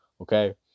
Okay